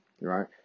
right